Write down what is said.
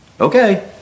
Okay